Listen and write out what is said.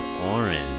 orange